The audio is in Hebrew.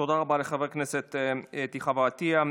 תודה רבה לחברת הכנסת חוה אתי עטייה.